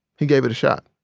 he gave it a shot